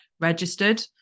registered